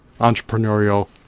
entrepreneurial